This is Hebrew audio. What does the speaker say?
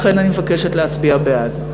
לכן אני מבקשת להצביע בעד.